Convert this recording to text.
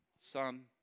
son